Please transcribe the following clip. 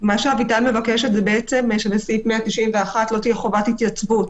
אביטל מבקשת שבסעיף 191 לא תהיה חובת התייצבות